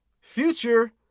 future